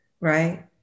right